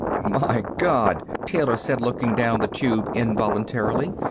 my god! taylor said, looking down the tube involuntarily.